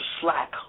slack